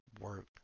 work